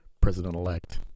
President-elect